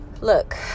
look